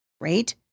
right